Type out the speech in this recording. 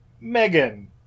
Megan